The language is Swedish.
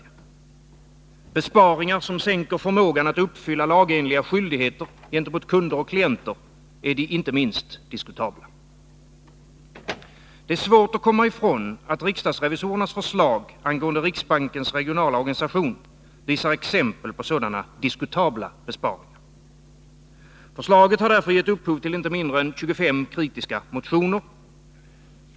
Besparingar som sänker förmågan att uppfylla lagenliga skyldigheter gentemot kunder och klienter är de inte minst diskutabla. Det är svårt att komma ifrån att riksdagsrevisorernas förslag angående riksbankens regionala organisation visar exempel på sådana diskutabla besparingar. Förslaget har därför gett upphov till inte mindre än 25 kritiska motioner.